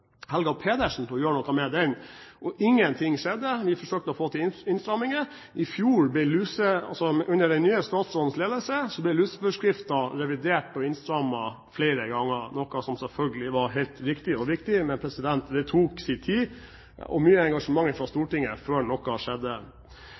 Helga Pedersen til å gjøre noe med det, men ingen ting skjedde. Vi forsøkte å få til innstramminger. Under den nye statsrådens ledelse er luseforskriftene revidert og innstrammet flere ganger, noe som selvfølgelig var helt riktig og viktig, men det tok sin tid, og med mye engasjement fra